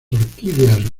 orquídeas